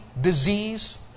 disease